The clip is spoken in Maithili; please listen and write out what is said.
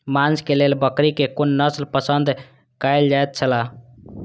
मांस के लेल बकरी के कुन नस्ल पसंद कायल जायत छला?